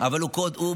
אבל הוא מקליד.